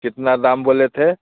कितना दाम बोले थे